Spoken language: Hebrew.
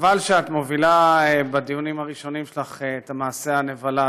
חבל שאת מובילה בדיונים הראשונים שלך את מעשה הנבלה הזה,